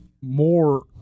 more –